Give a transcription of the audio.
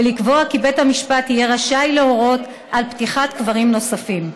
ולקבוע כי בית המשפט יהיה רשאי להורות על פתיחת קברים נוספים.